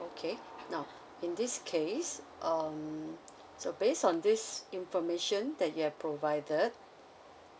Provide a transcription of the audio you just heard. okay now in this case um so based on this information that you have provided